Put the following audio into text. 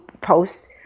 post